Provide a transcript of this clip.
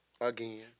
Again